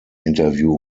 interview